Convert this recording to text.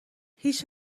هیچ